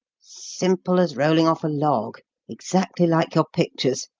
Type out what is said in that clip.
simple as rolling off a log exactly like your pictures,